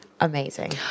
amazing